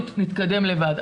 נתקדם לבד.